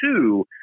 two